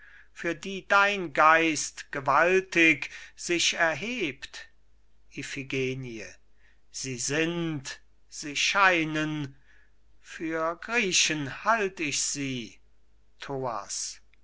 für die dein geist gewaltig sich erhebt iphigenie sie sind sie scheinen für griechen halt ich sie